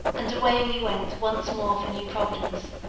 and away we went once more for new providence,